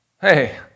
Hey